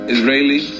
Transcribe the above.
Israeli